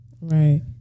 Right